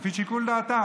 לפי שיקול דעתם,